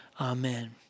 amen